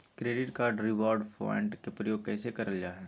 Credit card reward point के प्रयोग कैसे करल जा है?